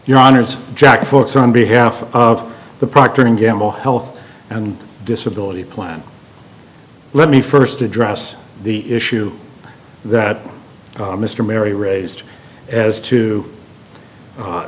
your honour's jack folks on behalf of the procter and gamble health and disability plan let me first address the issue that mr merry raised as to